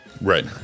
right